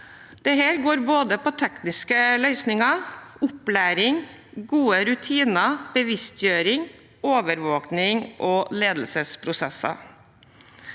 Det går på både tekniske løsninger, opplæring, gode rutiner, bevisstgjøring, overvåkning og ledelsesprosesser.